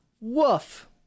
Woof